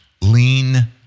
lean